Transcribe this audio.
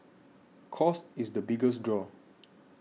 cost is the biggest draw